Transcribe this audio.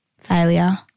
Failure